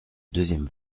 deuxième